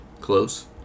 Close